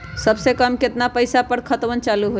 सबसे कम केतना पईसा पर खतवन चालु होई?